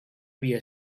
via